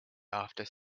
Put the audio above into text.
after